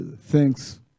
thanks